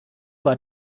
war